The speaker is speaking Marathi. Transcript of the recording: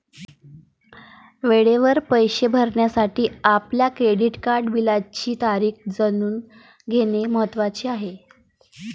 वेळेवर पैसे भरण्यासाठी आपल्या क्रेडिट कार्ड बिलाची तारीख जाणून घेणे महत्वाचे आहे